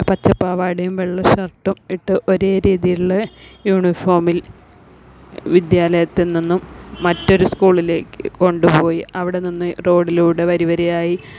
പച്ച പാവടയും വെള്ള ഷര്ട്ടും ഇട്ടു ഒരേ രീതിയിലുള്ള യൂണിഫോമില് വിദ്യാലയത്തിൽ നിന്നും മറ്റൊരു സ്കൂളിലേക്ക് കൊണ്ടുപോയി അവിടെ നിന്ന് റോഡിലൂടെ വരിവരിയായി